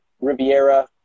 Riviera